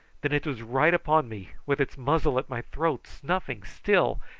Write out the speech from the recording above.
then it was right upon me, with its muzzle at my throat, snuffing still,